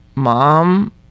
Mom